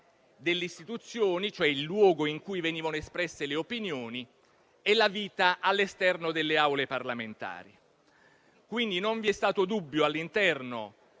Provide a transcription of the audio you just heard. delle istituzioni, cioè il luogo in cui venivano espresse le opinioni, e la vita all'esterno delle Aule parlamentari. Quindi, non vi è stato dubbio all'interno